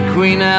Queen